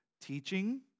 teaching